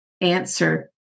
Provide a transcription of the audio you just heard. answer